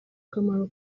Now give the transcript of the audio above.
kamaro